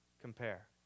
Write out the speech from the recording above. compare